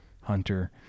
Hunter